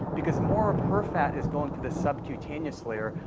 because more of her fat is going to the subcutaneous layer.